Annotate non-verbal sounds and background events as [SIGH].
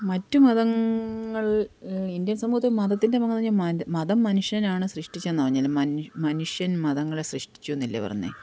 മറ്റു മതങ്ങൾ ഇന്ത്യൻ സമൂഹത്തിൽ മതത്തിൻ്റെ പങ്കെന്ന് പറഞ്ഞാല് മതം മനുഷ്യനാണ് സൃഷ്ടിച്ചെന്ന് [UNINTELLIGIBLE] മനുഷ്യൻ മതങ്ങളെ സൃഷ്ടിച്ചു എന്നല്ലേ പയുന്നത്